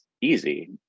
easy